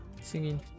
singing